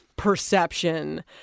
perception